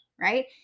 right